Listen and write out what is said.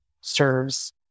serves